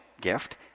gift